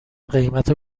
قیمت